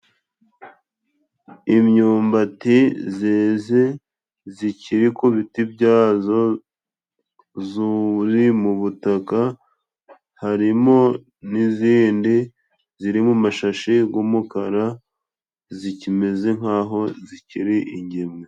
Imyumbati zeze zikiri ku biti byazo, zuri mu butaka harimo n'izindi ziri mu mashashi g'umukara zikimeze nk'aho zikiri ingemwe.